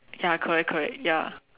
ya correct correct ya